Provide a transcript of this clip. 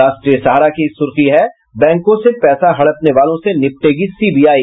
राष्ट्रीय सहारा की एक सुर्खी है बैंको से पैसा हड़पने वालों से निपटेगी सीबीआई